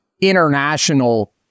international